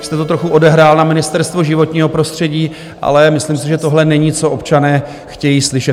Vy jste to trochu odehrál na Ministerstvo životního prostředí, ale myslím si, že tohle není, co občané chtějí slyšet.